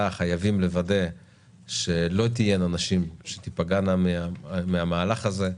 חייבים לוודא שלא תהיינה נשים שתפגענה מהמהלך הזה.